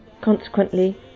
Consequently